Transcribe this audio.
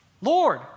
Lord